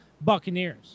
Buccaneers